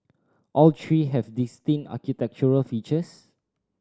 all three has distinct architectural features